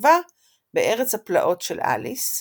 שכיכבה ב"ארץ הפלאות של אליס",